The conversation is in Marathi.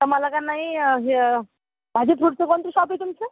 तर मला का नाही हे भाजीपुरतं कोणतं शॉप आहे तुमचं